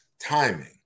timing